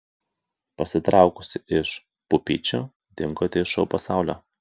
pasitraukusi iš pupyčių dingote iš šou pasaulio